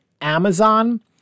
Amazon